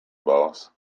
boss